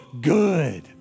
good